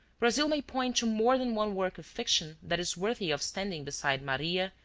brazil may point to more than one work of fiction that is worthy of standing beside maria,